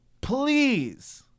please